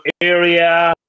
area